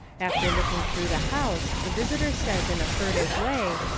after looking through the house the visitor says in a furtive way,